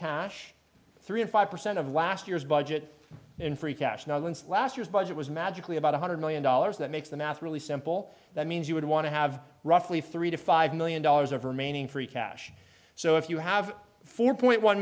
cash three and five percent of last year's budget in free cash now and last year's budget was magically about one hundred million dollars that makes the math really simple that means you would want to have roughly three to five million dollars of remaining free cash so if you have four point one